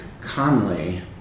Conley